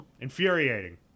infuriating